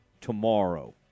tomorrow